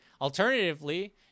alternatively